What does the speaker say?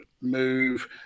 move